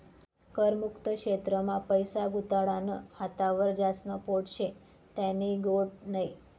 कर मुक्त क्षेत्र मा पैसा गुताडानं हातावर ज्यास्न पोट शे त्यानी गोट नै